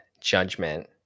judgment